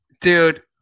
dude